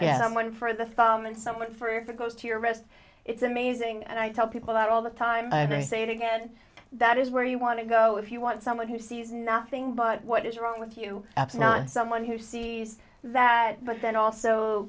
someone for the thumb and someone for if it goes to your wrist it's amazing and i tell people that all the time and i say it again that is where you want to go if you want someone who sees nothing but what is wrong with you absent not someone who sees that but then also